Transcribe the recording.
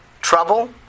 trouble